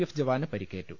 F ജവാന് പരിക്കേറ്റു